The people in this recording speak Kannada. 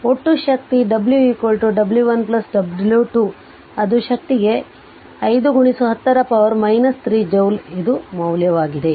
ಆದ್ದರಿಂದ ಒಟ್ಟು ಶಕ್ತಿ w w 1 w 2 ಅದು ಶಕ್ತಿಗೆ 5 10 ರ ಪವರ್ 3 ಜೌಲ್ ಇದು ಮೌಲ್ಯವಾಗಿದೆ